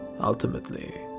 Ultimately